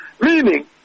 Meaning